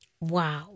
Wow